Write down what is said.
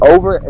Over